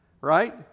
right